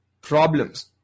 problems